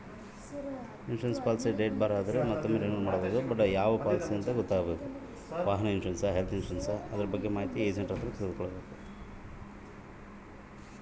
Insurance policy date ಬಾರ್ ಆದರೆ ಮತ್ತೊಮ್ಮೆ ರಿನಿವಲ್ ಮಾಡಿಸಬಹುದೇ ಏನ್ರಿ?